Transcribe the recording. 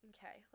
Okay